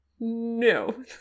no